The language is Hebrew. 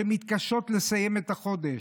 שמתקשות לסיים את החודש,